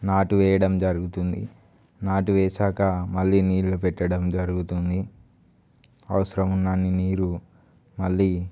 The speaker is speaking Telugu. నాటు వేయడం జరుగుతుంది నాటు వేసాక మళ్ళీ నీళ్ళు పెట్టడం జరుగుతుంది అవసరం ఉన్నన్ని నీరు మళ్ళీ